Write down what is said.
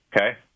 Okay